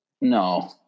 No